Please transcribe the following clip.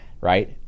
right